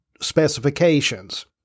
specifications